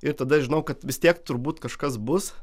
ir tada žinau kad vis tiek turbūt kažkas bus